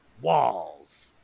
walls